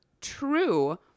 True